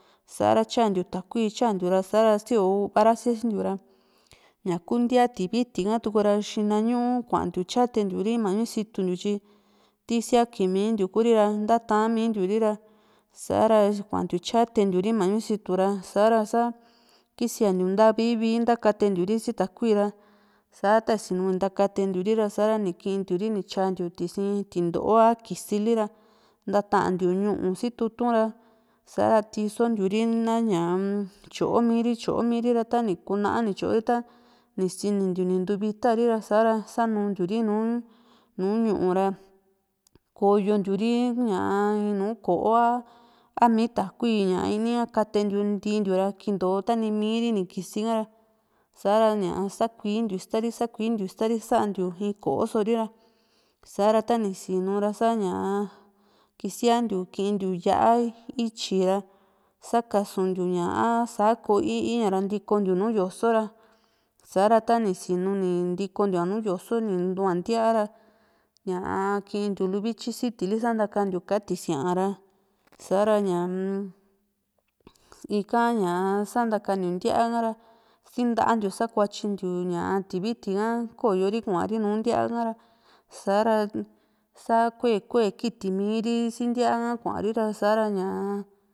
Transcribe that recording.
sa´ra tyantiu takui tyantiu ra sa´ra sio u´va ra siasintiu ra ñaku ntía tiviti ha tuku ra xina ñu kuantiu tyatentiu ri ma´ñu situntiu tyi ti siaki mintiu Kuri ra nta tanta mintiuri ra sa´ra kuantiu tyatentiuri ra ma´ñu situ ra sa´ra sa kisiantiu nta vii vii ntakatentiu ri si takui ra sa ta isinu ntakatentiu ri ra sa´ra ni kitiuri ni tyantiu tisi tinto´o a kisili ra ntatantiu ñu´u si tutu´n ra sa´ra tisontiu ri na ñaa tyomiri tyomiri ra ta ni kuna ni tyori ra ta ni sinintiu ni ntu vitari ra sa´ra sanuntiu ri nùù ñu´u ra koyontiu ri ña in nùù ko´o a a mi takui ña ini ha katentintiu ra kintota´ni miiri ini kisi ka ra sa´ra ña sakuintiu istari sakuintiu istari santiu in ko´o sori ra sa´ra tani sinu sa ñaa kisiantiu kintiu yá´a ityi ra sakasuntiu ña a sa ko ii´a ra ntikontiu nùù yoso ra sa´ra tani sinu ni ntokontiu ña nùù yosó ni ntua ntía ra ñaa kiintiu luvityi siti li santakantiu ka tisia´a ra sa´ra ñaa-m ika ña santakantiu ntíaka ra si ntantiu sakuatyintiu ña tiviti a koyori kuari nùù ntía´ra sa´ra sa kue kue kitimi ri si ntíaa ha kuari ra sa´ra ña.